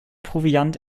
proviant